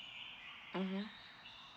mmhmm